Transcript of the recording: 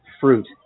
fruit